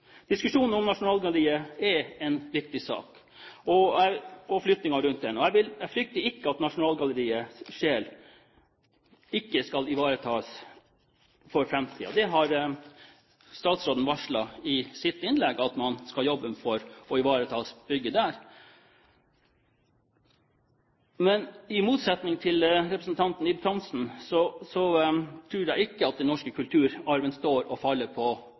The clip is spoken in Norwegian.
Diskusjonen om Nasjonalgalleriet og flyttingen av det er en viktig sak, og jeg frykter ikke at Nasjonalgalleriets sjel ikke skal ivaretas for framtiden. Det har statsråden varslet i sitt innlegg, at man skal jobbe for å ivareta bygget der. Men i motsetning til representanten Ib Thomsen tror jeg ikke at den norske kulturarven står og faller